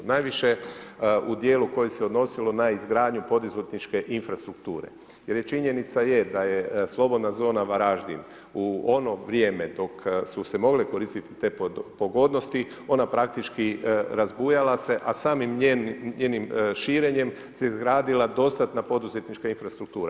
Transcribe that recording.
Najviše u djelu koji se odnosilo na izgradnju poduzetničke infrastrukture jer činjenica je da je slobodna zona Varaždin u ono vrijeme dok su se mogle koristiti te pogodnosti, ona praktički razbujala se a samim njenim širenjem se izgradila dostatna poduzetnička infrastruktura.